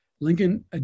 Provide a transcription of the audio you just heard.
Lincoln